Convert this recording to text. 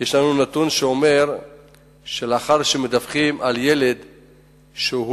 יש לנו נתון שאומר שלאחר שמדווחים על ילד שנפגע,